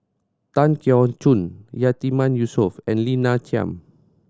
Tan Keong Choon Yatiman Yusof and Lina Chiam